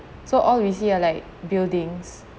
so all we see are like buildings